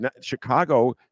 Chicago